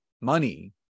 Money